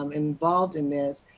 um involved in this,